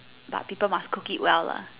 but people must cook it well lah